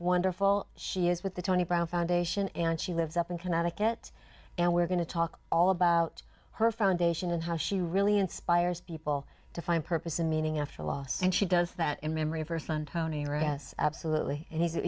wonderful she is with the tony brown foundation and she lives up in connecticut and we're going to talk all about her foundation and how she really inspires people to find purpose and meaning after a loss and she does that in memory of her son tony ross absolutely and he